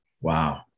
Wow